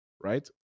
right